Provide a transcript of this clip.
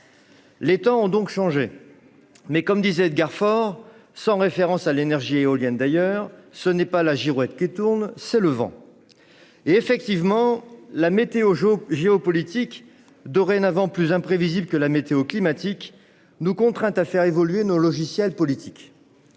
Les temps ont donc changé, mais, comme le disait Edgar Faure, sans référence d'ailleurs à l'énergie éolienne :« Ce n'est pas la girouette qui tourne, c'est le vent» De fait, la météo géopolitique, dorénavant plus imprévisible que la météo climatique, nous contraint à faire évoluer nos logiciels politiques.